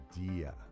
idea